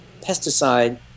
pesticide